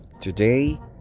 Today